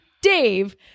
Dave